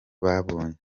babonye